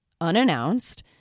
unannounced